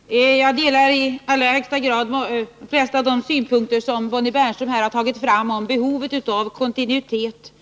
Herr talman! Jag delar i allra högsta grad de flesta av de synpunkter som Bonnie Bernström här har tagit fram om behovet av kontinuitet